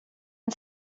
and